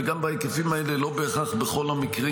וגם בהיקפים האלה לא בהכרח בכל המקרים